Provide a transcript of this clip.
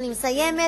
אני מסיימת.